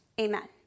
Amen